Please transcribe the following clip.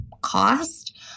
cost